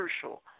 crucial